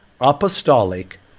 Apostolic